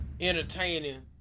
Entertaining